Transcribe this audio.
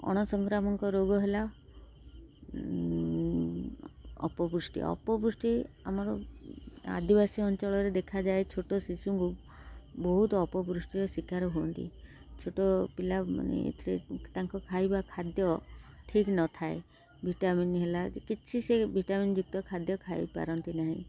ଅଣସଂକ୍ରାମଙ୍କ ରୋଗ ହେଲା ଅପପୃଷ୍ଟି ଅପପୃଷ୍ଟି ଆମର ଆଦିବାସୀ ଅଞ୍ଚଳରେ ଦେଖାଯାଏ ଛୋଟ ଶିଶୁଙ୍କୁ ବହୁତ ଅପୃଷ୍ଟିର ଶିକାର ହୁଅନ୍ତି ଛୋଟପିଲା ମାନେ ଏଥିରେ ତାଙ୍କ ଖାଇବା ଖାଦ୍ୟ ଠିକ ନଥାଏ ଭିଟାମିନ୍ ହେଲା କିଛି ସେ ଭିଟାମିନ୍ ଯୁକ୍ତ ଖାଦ୍ୟ ଖାଇପାରନ୍ତି ନାହିଁ